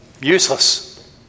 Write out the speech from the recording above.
Useless